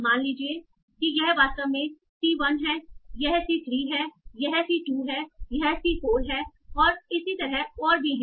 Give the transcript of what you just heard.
मान लीजिए कि यह वास्तव में C 1 है यह C 3 है यह C 2 है यह C 4 है और इसी तरह और भी हैं